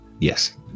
Yes